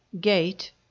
gate